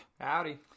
Howdy